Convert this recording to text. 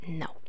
no